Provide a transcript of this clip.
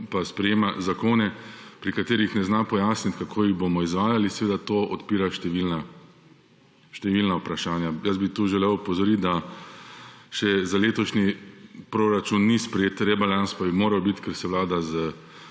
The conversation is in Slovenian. pa sprejema zakone, pri katerih ne zna pojasniti, kako jih bomo izvajali, seveda to odpira številna vprašanja. Jaz bi tu želel opozoriti, da še za letošnji proračun ni sprejet rebalans, pa bi moral biti, ker se vlada